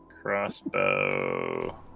Crossbow